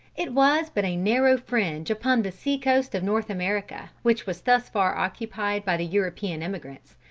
it was but a narrow fringe upon the sea coast of north america, which was thus far occupied by the european emigrants.